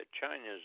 China's